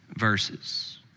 verses